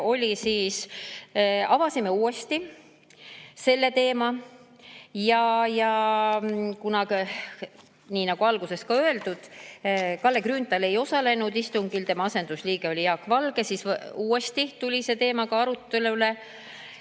istungil avasime uuesti selle teema. Kuna, nii nagu alguses ka öeldud, Kalle Grünthal ei osalenud istungil, tema asendusliige oli Jaak Valge, siis tuli see teema uuesti